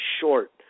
short